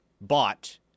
bought